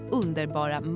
underbara